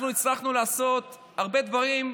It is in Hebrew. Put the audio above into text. אנחנו הצלחנו לעשות הרבה דברים,